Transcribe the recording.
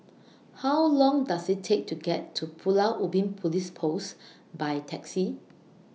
How Long Does IT Take to get to Pulau Ubin Police Post By Taxi